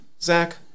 Zach